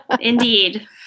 Indeed